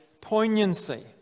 poignancy